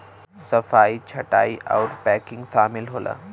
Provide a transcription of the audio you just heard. सफाई छंटाई आउर पैकिंग सामिल होला